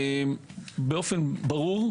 באופן ברור,